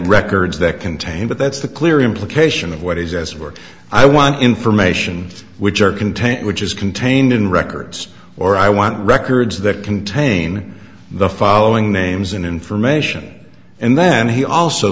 records that contain but that's the clear implication of what is as it were i want information which are contained which is contained in records or i want records that contain the following names and information and then he also